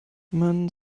man